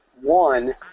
One